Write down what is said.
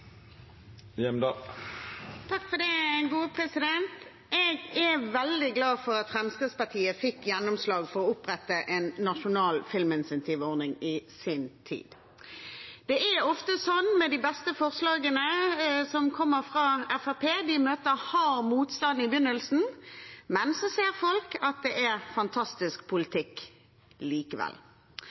det. Jeg er veldig glad for at Fremskrittspartiet fikk gjennomslag for å opprette en nasjonal filminsentivordning i sin tid. Det er ofte sånn med de beste forslagene, som kommer fra Fremskrittspartiet. De møter hard motstand i begynnelsen, men så ser folk at det er fantastisk politikk likevel.